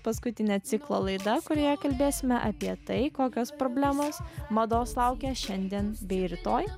paskutinė ciklo laida kurioje kalbėsime apie tai kokios problemos mados laukia šiandien bei rytoj